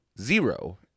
zero